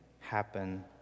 happen